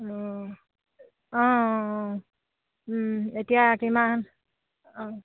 অঁ অঁ অঁ অঁ এতিয়া কিমান অঁ